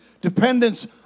dependence